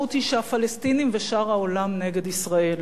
המשמעות היא שהפלסטינים ושאר העולם נגד ישראל,